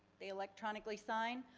they electronically sign.